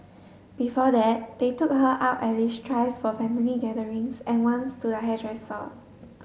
before that they took her out at least thrice for family gatherings and once to the hairdresser